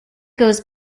goes